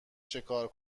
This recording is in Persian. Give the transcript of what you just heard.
چیکار